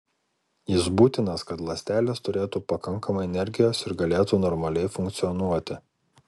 jis būtinas kad ląstelės turėtų pakankamai energijos ir galėtų normaliai funkcionuoti